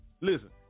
Listen